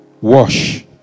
Wash